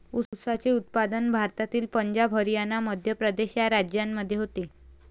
ऊसाचे उत्पादन भारतातील पंजाब हरियाणा मध्य प्रदेश या राज्यांमध्ये होते